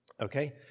okay